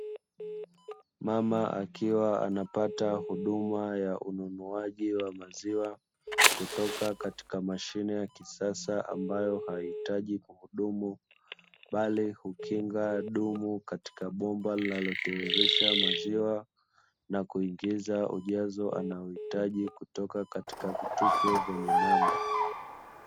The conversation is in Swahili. Mama akiwa anapata huduma ya ununuaji wa maziwa, kutoka katika mashine ya kisasa, ambayo haihitaji mhudumu, bali hukinga dumu katika bomba linalotiririsha maziwa, na kuingiza ujazo anaohitaji kutoka katika vitufe vyenye namba.